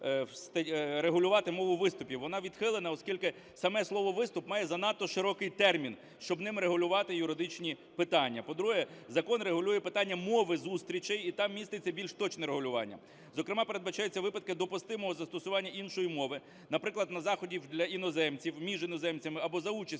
регулювати мову виступів. Вона відхилена, оскільки саме слово "виступ" має занадто широкий термін, щоб ним регулювати юридичні питання. По-друге, закон регулює питання мови зустрічей, і там міститься більш точне регулювання. Зокрема, передбачається у випадках допустимого застосування іншої мови, наприклад, на заходах для іноземців, між іноземцями або за участю